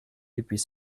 depuis